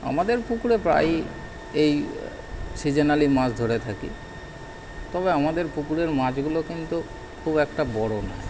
আমাদের পুকুরে প্রায়ই এই সিজনালি মাছ ধরে থাকি তবে আমাদের পুকুরের মাছগুলো কিন্তু খুব একটা বড়ো নয়